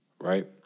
right